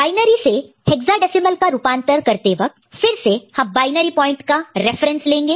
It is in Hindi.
बायनरी से हेक्साडेसिमल में रूपांतर कन्वर्शन conversion करते वक्त फिर से हम बायनरी पॉइंट का रेफरेंस लेंगे